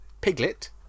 Piglet